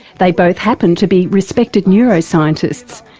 they both happen to be respected neuroscientists,